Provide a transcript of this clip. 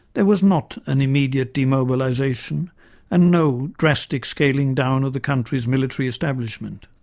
there was not an immediate demobilisation and no drastic scaling down of the country's military establishment.